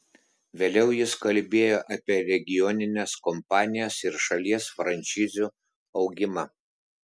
vėliau jis kalbėjo apie regionines kompanijas ir šalies franšizių augimą